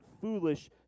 foolish